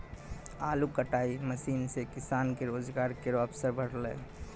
आलू कटाई मसीन सें किसान के रोजगार केरो अवसर बढ़लै